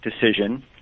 decision